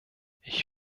ich